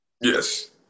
Yes